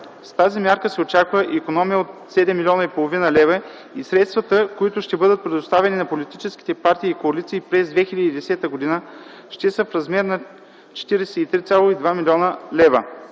С тази мярка се очаква икономия от 7,5 млн. лв., или средствата, които ще бъдат предоставени на политическите партии и коалиции през 2010 г., ще са в размер 43,2 млн. лв.